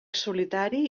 solitari